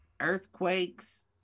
Earthquakes